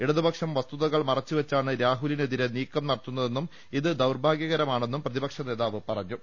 ഇട തുപക്ഷം വസ്തുതകൾ മറച്ചു വെച്ചാണ് രാഹുലിനെതിരെ നീക്കം നടത്തുന്നതെന്നും ഇത് ദൌർഭാഗ്യകരമാണെന്നും പ്രതിപക്ഷ നേതാവ് പറഞ്ഞു